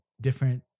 different